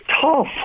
tough